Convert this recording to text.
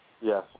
Yes